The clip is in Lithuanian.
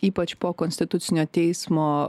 ypač po konstitucinio teismo